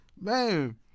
Man